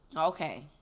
Okay